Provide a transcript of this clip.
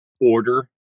order